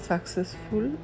Successful